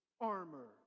armor